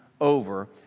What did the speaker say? over